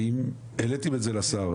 האם העליתם את זה לשר?